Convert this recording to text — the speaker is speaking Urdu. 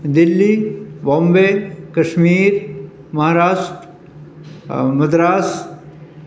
دلی بامبے کشمیر مہاراشٹر مدراس